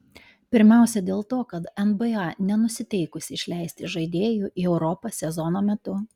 pirmiausia dėl to kad nba nenusiteikusi išleisti žaidėjų į europą sezono metu